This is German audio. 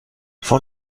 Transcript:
von